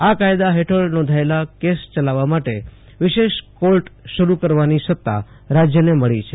આ કાયદા હેઠળ નોંધાયેલા કેસ ચલાવવા માટે વિશેષ કોર્ટ શરૂ કરવાની સત્તા રાજ્યને મળી છે